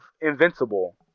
Invincible